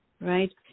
Right